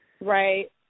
Right